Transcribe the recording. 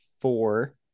four